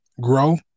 grow